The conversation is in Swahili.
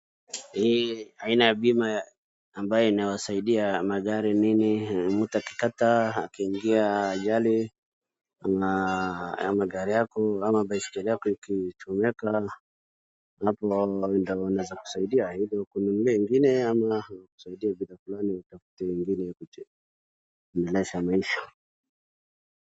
Hii aina ya bima ambayo inaosaidia madhara mingi. Mtu akipata akiingia ajali kuna ya magari yako ama baiskeli yako ikichomeka ,hapo ndo inaweza kusaidia ila kununua ingine ama ikusaidie kitu fulani utafute ingine ya kutengeneza maisha.